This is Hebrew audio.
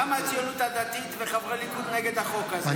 למה הציונות הדתית וחברי הליכוד נגד החוק הזה?